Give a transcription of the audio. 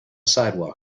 sidewalk